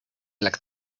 like